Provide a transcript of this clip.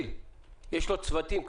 כל המפעילים חפצי חיים הם.